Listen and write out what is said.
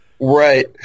Right